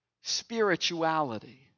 spirituality